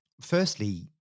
Firstly